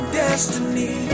destiny